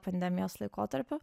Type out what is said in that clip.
pandemijos laikotarpiu